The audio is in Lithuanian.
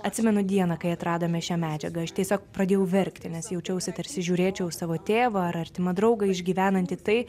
atsimenu dieną kai atradome šią medžiagą aš tiesiog pradėjau verkti nes jaučiausi tarsi žiūrėčiau į savo tėvą ar artimą draugą išgyvenantį tai